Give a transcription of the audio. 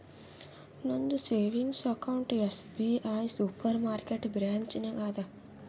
ನಂದ savings account SBI supermarket branch ನಾಗ್ ಅದಾ